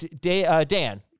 Dan